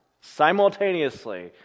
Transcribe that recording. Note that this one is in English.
simultaneously